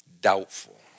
doubtful